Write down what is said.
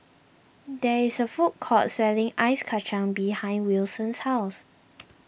there is a food court selling Ice Kacang behind Wilson's house